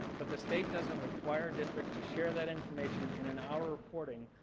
but the state doesn't require districts to share that information and in our reporting,